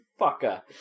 fucker